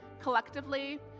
collectively